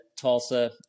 Tulsa